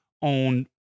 on